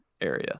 area